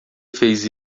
fez